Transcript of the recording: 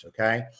Okay